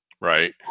Right